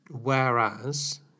Whereas